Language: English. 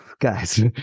guys